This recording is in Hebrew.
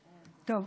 טוב.